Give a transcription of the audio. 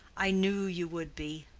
i knew you would be.